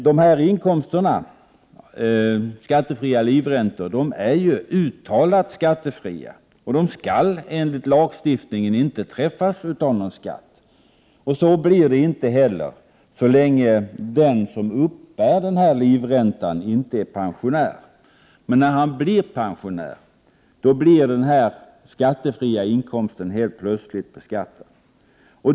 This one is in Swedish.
Dessa inkomster är ju uttalat skattefria och skall enligt lagstiftningen inte träffas av någon skatt. Så blir inte heller fallet så länge som den som t.ex. uppbär en skattefri livränta inte är pensionär. När vederbörande uppnår pensionsåldern blir däremot den skattefria inkomsten helt plötsligt i praktiken beskattad.